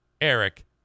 Eric